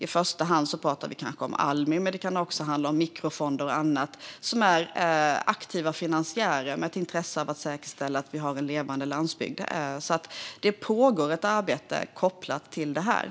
I första hand pratar vi kanske om Almi, men det kan också handla om mikrofonder och annat, som är aktiva finansiärer med ett intresse av att säkerställa att vi har en levande landsbygd. Det pågår alltså ett arbete kopplat till detta.